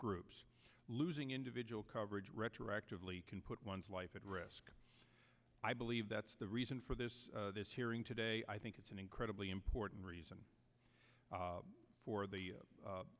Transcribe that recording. groups losing individual coverage retroactively can put one's life at risk i believe that's the reason for this this hearing today i think it's an incredibly important reason for the